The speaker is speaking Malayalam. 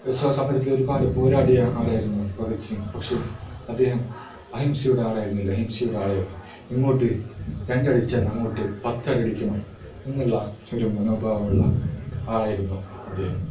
സമരത്തിൽ ഒരുപാട് പോരാടിയ ആളായിരുന്നു ഭഗത് സിംഗ് പക്ഷേ അദ്ദേഹം അഹിംസയുടെ ആളായിരുന്നില്ല ഹിംസയുടെ ആളായിരുന്നു ഇങ്ങോട്ട് രണ്ടടിച്ചാൽ അങ്ങോട്ട് പത്തടി അടിക്കണം എന്നുള്ള ഒരു മനോഭാവമുള്ള ആളായിരുന്നു അദ്ദേഹം